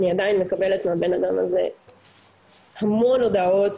אני עדיין מקבלת מהבנאדם הזה המון הודעות,